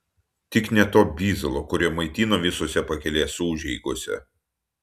tik ne to bizalo kuriuo maitina visose pakelės užeigose